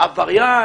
העבריין,